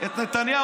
1.8